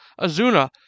Azuna